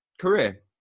career